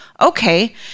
Okay